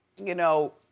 you know,